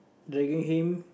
dragging him